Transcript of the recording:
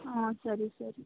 ಹಾಂ ಸರಿ ಸರಿ